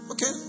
Okay